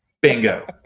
Bingo